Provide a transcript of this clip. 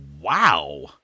wow